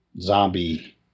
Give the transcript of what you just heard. zombie